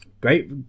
Great